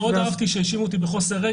מאוד אהבתי שהאשימו אותי בחוסר רגש.